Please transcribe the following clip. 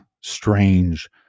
strange